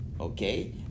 Okay